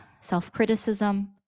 Self-criticism